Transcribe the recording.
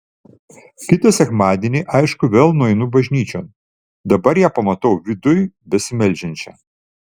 kitą sekmadienį aišku vėl nueinu bažnyčion dabar ją pamatau viduj besimeldžiančią